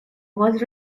was